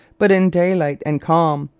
but in daylight and calm,